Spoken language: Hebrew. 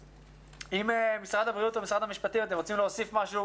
אם משרד הבריאות או משרד המשפטים רוצים להוסיף משהו